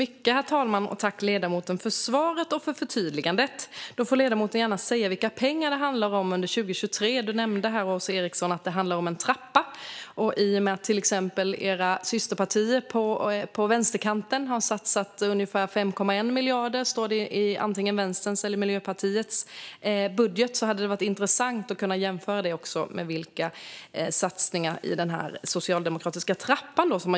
Herr talman! Jag tackar ledamoten för svaret och för förtydligandet. Ledamoten får gärna säga vilka pengar det handlar om under 2023. Åsa Eriksson nämnde att det handlar om en trappa. I och med att till exempel Socialdemokraternas systerpartier på vänsterkanten har satsat ungefär 5,1 miljarder - det står i antingen Vänsterns eller Miljöpartiets budget - hade det varit intressant att kunna jämföra detta med satsningarna i denna socialdemokratiska trappa.